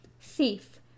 Thief